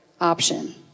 option